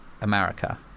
America